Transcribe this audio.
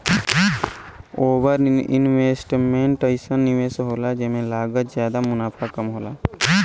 over investment अइसन निवेस होला जेमे लागत जादा मुनाफ़ा कम होला